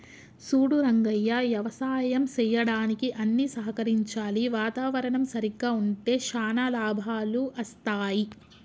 సూడు రంగయ్య యవసాయం సెయ్యడానికి అన్ని సహకరించాలి వాతావరణం సరిగ్గా ఉంటే శానా లాభాలు అస్తాయి